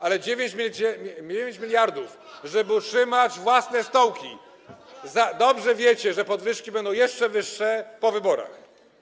Ale macie 9 mld, żeby utrzymać własne stołki, dobrze wiecie, że podwyżki będą jeszcze wyższe - po wyborach.